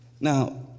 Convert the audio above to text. Now